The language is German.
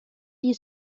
die